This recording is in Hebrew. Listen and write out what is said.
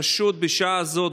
שפשוט בשעה הזאת,